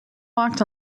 walked